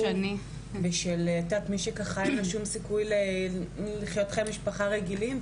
של מישהי שאין לה שום סיכוי לחיות חיי משפחה רגילים,